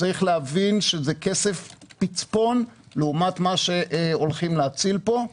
צריך להבין שזה כסף פצפון לעומת מה שהולכים להציל פה,